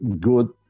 good